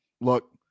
look